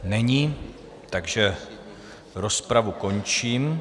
Není, takže rozpravu končím.